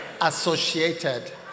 associated